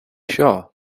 sure